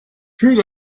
fühlt